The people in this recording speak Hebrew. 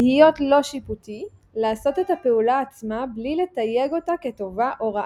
להיות לא-שיפוטי לעשות את הפעולה עצמה בלי לתייג אותה כטובה או רעה,